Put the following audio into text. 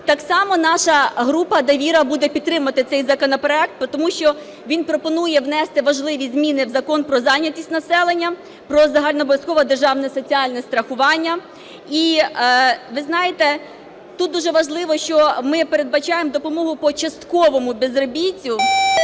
Так само наша група "Довіра" буде підтримувати цей законопроект, тому що він пропонує внести важливі зміни в Закон "Про зайнятість населення", "Про загальнообов'язкове державне соціальне страхування". І ви знаєте, тут дуже важливо, що ми передбачаємо допомогу по частковому безробіттю.